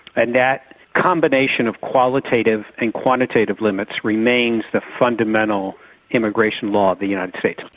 and that combination of qualitative and quantitative limits remains the fundamental immigration law of the united states.